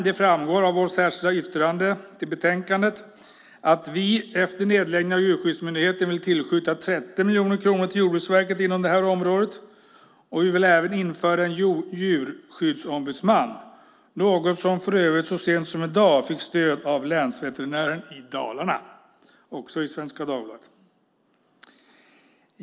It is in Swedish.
Det framgår av vårt särskilda yttrande till betänkandet att vi efter nedläggningen av Djurskyddsmyndigheten vill tillskjuta 30 miljoner kronor till Jordbruksverket inom detta område. Vi vill även införa en djurskyddsombudsman. Det är något som så sent som i dag fick stöd av länsveterinären i Dalarna. Det stod också i Svenska Dagbladet.